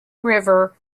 river